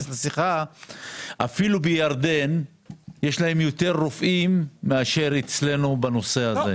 אפילו בירדן יש להם יותר רופאים מאשר אצלנו בתחום הזה.